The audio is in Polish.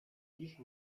dziś